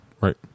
Right